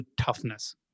toughness